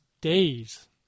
days